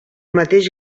mateix